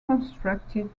constructed